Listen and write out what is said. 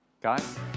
Guys